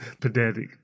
pedantic